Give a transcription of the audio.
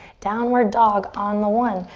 downward dog on the one.